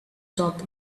top